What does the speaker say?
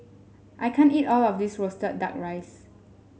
I can't eat all of this roasted duck rice